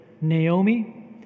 Naomi